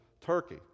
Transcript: turkey